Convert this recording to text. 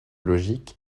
logique